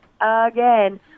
again